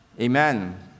Amen